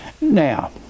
now